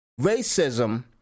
Racism